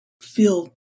feel